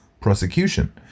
prosecution